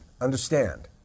understand